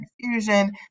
confusion